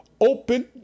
Open